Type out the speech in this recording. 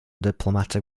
diplomatic